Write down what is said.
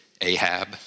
Ahab